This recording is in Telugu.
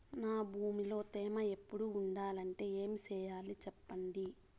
నా భూమిలో తేమ ఎప్పుడు ఉండాలంటే ఏమి సెయ్యాలి చెప్పండి?